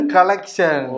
Collection